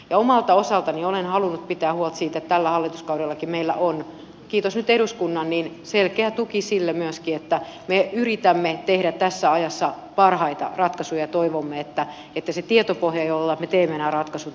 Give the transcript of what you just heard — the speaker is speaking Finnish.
ja omalta osaltani olen halunnut pitää huolta siitä että tällä hallituskaudellakin meillä on kiitos nyt eduskunnan selkeä tuki myöskin sille että me yritämme tehdä tässä ajassa parhaita ratkaisuja ja toivomme että se tietopohja jolla me teemme nämä ratkaisut riittäisi